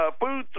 food